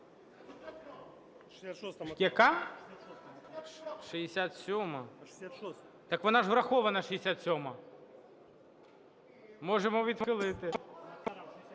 Яка? 67-а? Так вона ж врахована, 67-а. Можемо відхилити.